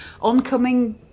oncoming